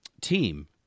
team